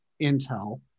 Intel